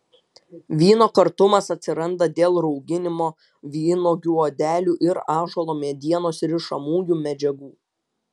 vyno kartumas atsiranda dėl rauginimo vynuogių odelių ir ąžuolo medienos rišamųjų medžiagų